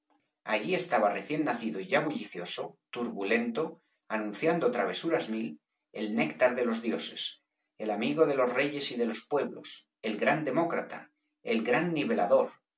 allí estaba recién nacido y ya bullicioso turbulento anunciando travesuras mil el néctar de los dioses el amigo de los reyes y de los pueblos el gran demócrata el gran nivelador